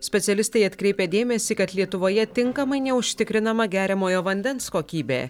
specialistai atkreipia dėmesį kad lietuvoje tinkamai neužtikrinama geriamojo vandens kokybė